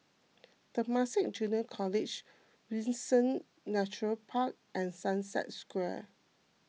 Temasek Junior College Windsor Nature Park and Sunset Square